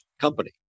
company